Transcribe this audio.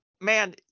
man